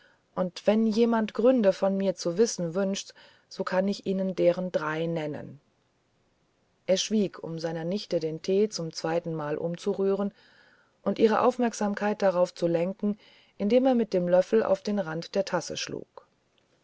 und wenn jemand gründe von mir zu wissenwünscht sokannichihmderendreinennen er schwieg um seiner nichte den tee zum zweiten male umzurühren und ihre aufmerksamkeit darauf zu lenken indem er mit dem löffel auf den rand der tasse schlug